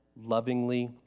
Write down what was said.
lovingly